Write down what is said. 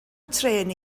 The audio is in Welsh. trên